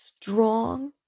strong